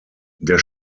der